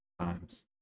times